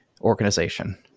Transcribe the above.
organization